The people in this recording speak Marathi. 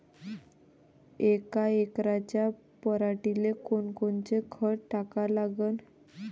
यका एकराच्या पराटीले कोनकोनचं खत टाका लागन?